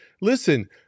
listen